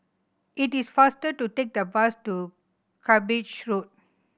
it is faster to take the bus to Cuppage Road